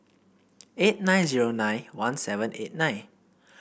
eight nine zero nine one seven eight nine